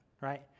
right